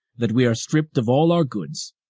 that we are stripped of all our goods,